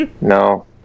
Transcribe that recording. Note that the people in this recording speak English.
No